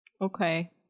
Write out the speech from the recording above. Okay